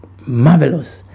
marvelous